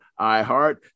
iHeart